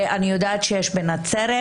אני יודעת שיש בנצרת,